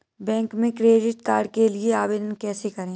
Bank में credit card के लिए आवेदन कैसे करें?